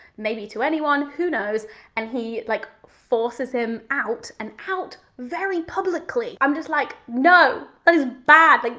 maybe to anyone, who knows and he like forces him out and out very publicly. i'm just like, no, that is bad. like